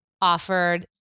offered